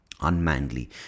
unmanly